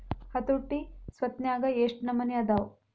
ಹತೋಟಿ ಸ್ವತ್ನ್ಯಾಗ ಯೆಷ್ಟ್ ನಮನಿ ಅದಾವು?